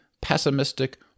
pessimistic